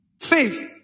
faith